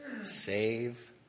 Save